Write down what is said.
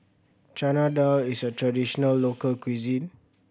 Chana Dal is a traditional local cuisine